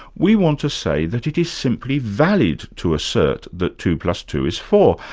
we want to say that it is simply valid to assert that two plus two is four,